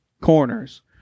Corners